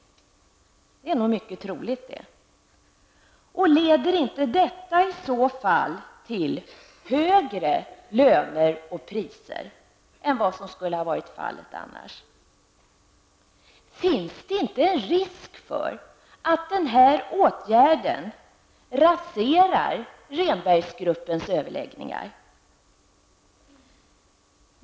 Det är nog mycket troligt. Och leder inte detta i så fall till högre löner och priser än vad som skulle ha varit fallet annars? Finns det inte risk för att denna åtgärd raserar Rehnbergsgruppens överläggningar?